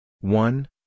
One